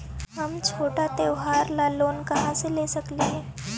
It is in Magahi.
हम छोटा त्योहार ला लोन कहाँ से ले सक ही?